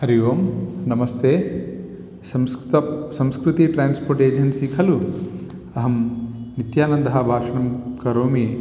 हरि ओं नमस्ते संस्कृतं संस्कृति ट्रान्स्पोर्ट् एजेन्सि खलु अहं नित्यानन्दः भाषणं करोमि